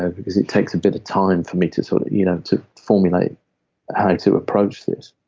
ah and because it takes a bit of time for me to sort of you know to formulate how to approach this.